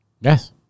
Yes